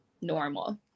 normal